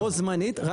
כן.